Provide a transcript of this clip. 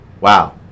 wow